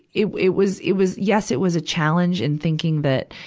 it, it was, it was, yes, it was a challenge in thinking that,